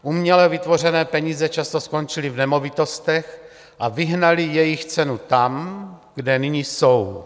Uměle vytvořené peníze často skončily v nemovitostech a vyhnaly jejich cenu tam, kde nyní jsou.